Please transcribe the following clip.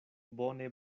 bone